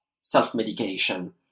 self-medication